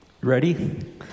Ready